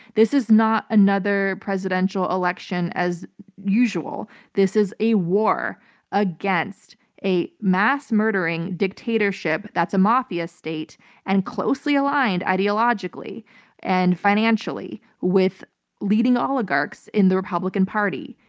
this is not another presidential election as usual. this is a war against a mass-murdering dictatorship that's a mafia state and closely aligned, ideologically and financially, with leading oligarchs in the republican party,